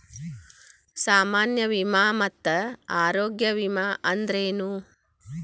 ಸಾಮಾನ್ಯ ವಿಮಾ ಮತ್ತ ಆರೋಗ್ಯ ವಿಮಾ ಅಂದ್ರೇನು?